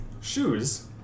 shoes